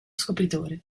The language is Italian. scopritore